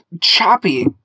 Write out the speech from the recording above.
choppy